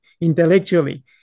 intellectually